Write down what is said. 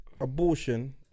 abortion